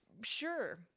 sure